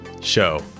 show